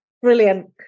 Brilliant